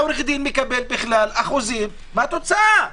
עורך הדין מקבל אחוזים מהתוצאה.